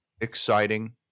exciting